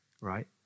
right